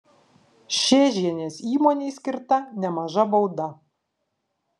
šėžienės įmonei skirta nemaža bauda